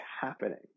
happening